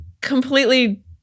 completely